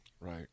Right